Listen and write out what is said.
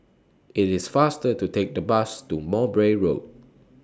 IT IS faster to Take The Bus to Mowbray Road